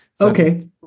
Okay